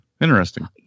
interesting